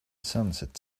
sunset